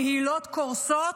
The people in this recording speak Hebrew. קהילות קורסות,